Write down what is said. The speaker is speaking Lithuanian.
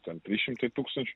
ten trys šimtai tūkstančių